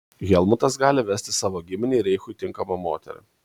helmutas gali vesti savo giminei ir reichui tinkamą moterį